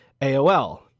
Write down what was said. aol